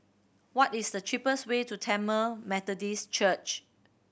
what is the cheapest way to Tamil Methodist Church